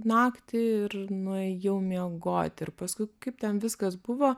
naktį ir nuėjau miegoti ir paskui kaip ten viskas buvo